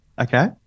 Okay